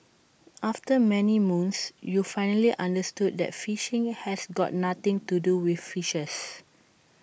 after many moons you finally understood that phishing has got nothing to do with fishes